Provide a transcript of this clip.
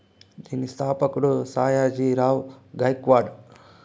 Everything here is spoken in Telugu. దీని స్థాపకుడు సాయాజీ రావ్ గైక్వాడ్